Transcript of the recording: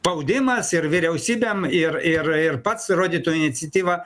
baudimas ir vyriausybėm ir ir ir pats rodytų iniciatyvą